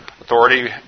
authority